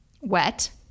Wet